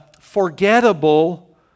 forgettable